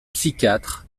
psychiatre